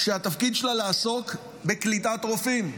שהתפקיד שלה לעסוק בקליטת רופאים.